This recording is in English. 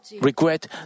regret